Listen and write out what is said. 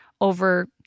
over